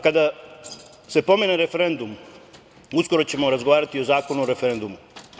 Kada se pomene referendum, uskoro ćemo razgovarati i o Zakonu o referendumu.